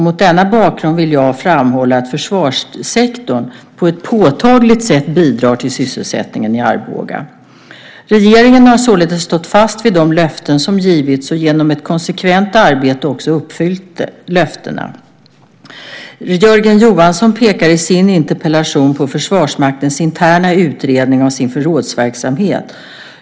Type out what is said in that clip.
Mot denna bakgrund vill jag framhålla att försvarssektorn på ett påtagligt sätt bidrar till sysselsättningen i Arboga. Regeringen har således stått fast vid de löften som givits och genom ett konsekvent arbete också uppfyllt dem. Jörgen Johansson pekar i sin interpellation på Försvarsmaktens interna utredning av sin förrådsverksamhet.